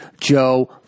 Joe